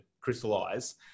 crystallize